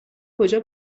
کجا